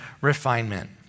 refinement